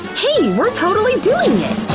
hey! we're totally doing it!